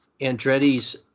Andretti's